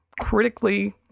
critically